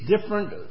different